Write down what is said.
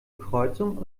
kreuzung